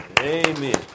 amen